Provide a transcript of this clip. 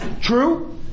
True